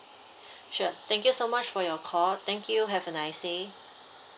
sure thank you so much for your call thank you have a nice day